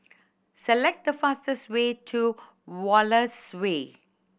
select the fastest way to Wallace Way